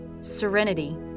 serenity